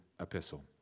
epistle